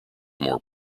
more